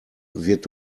wird